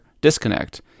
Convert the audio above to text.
disconnect